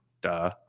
duh